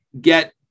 get